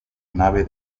nave